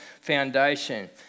foundation